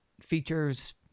features